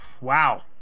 Wow